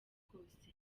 bwose